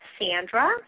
Sandra